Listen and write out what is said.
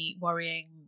worrying